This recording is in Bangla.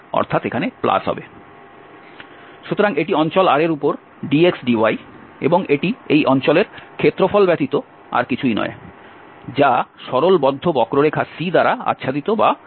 সুতরাং এটি এই অঞ্চল R এর উপর dx dy এবং এটি এই অঞ্চলের ক্ষেত্রফল ব্যতীত আর কিছুই নয় যা সরল বদ্ধ বক্ররেখা C দ্বারা আচ্ছাদিত বা আবদ্ধ